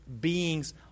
beings